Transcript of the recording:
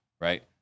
right